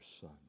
Son